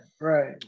right